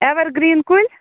ever green کُلۍ